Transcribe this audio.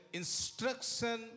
instruction